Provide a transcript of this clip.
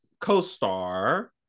co-star